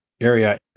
area